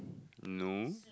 no